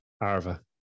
Arva